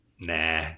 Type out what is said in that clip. nah